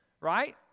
right